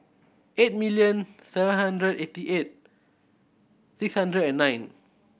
eight million seven hundred eighty eight six hundred and nine